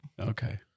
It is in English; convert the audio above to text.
Okay